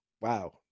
wow